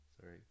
Sorry